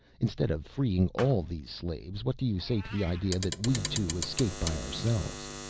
instead of freeing all these slaves what do you say to the idea that we two escape by ourselves?